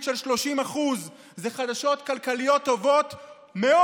של 30% זה חדשות כלכליות טובות מאוד,